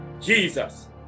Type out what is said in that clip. Jesus